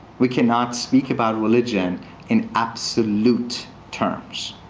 we cannot speak about religion in absolute terms.